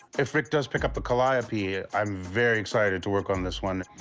if rick does pick up the calliope, i'm very excited to work on this one.